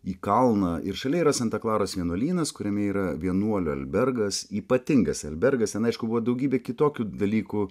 į kalną ir šalia yra santa klaros vienuolynas kuriame yra vienuolio albergas ypatingas albergas ten aišku buvo daugybė kitokių dalykų